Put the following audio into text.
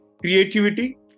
Creativity